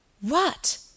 What